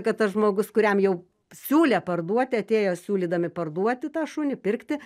kad tas žmogus kuriam jau siūlė parduoti atėjo siūlydami parduoti tą šunį pirkti